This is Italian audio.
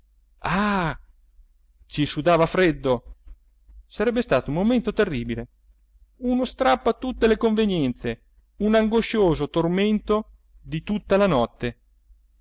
ci sudava freddo sarebbe stato un momento terribile uno strappo a tutte le convenienze un angoscioso tormento di tutta la notte